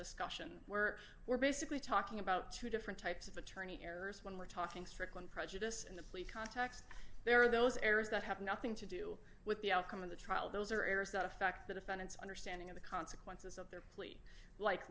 discussion where we're basically talking about two different types of attorney errors when we're talking strickland prejudice and the plea context there are those errors that have nothing to do with the outcome of the trial those are errors that affect the defendant's understanding of the consequences of their